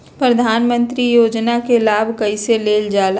प्रधानमंत्री योजना कि लाभ कइसे लेलजाला?